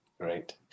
great